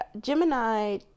Gemini